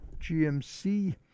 GMC